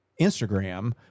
Instagram